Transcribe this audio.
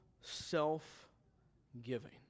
self-giving